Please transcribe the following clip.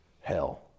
hell